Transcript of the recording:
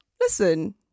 listen